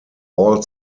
all